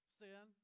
sin